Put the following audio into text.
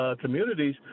communities